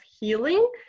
healing